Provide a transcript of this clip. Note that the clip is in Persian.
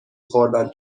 خوردن